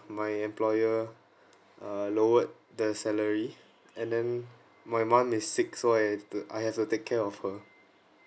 my employer uh lowered the salary and then my mum is sick so I have to I have to take care of her